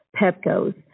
Pepco's